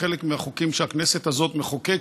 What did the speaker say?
שחלק מהחוקים שהכנסת הזאת מחוקקת,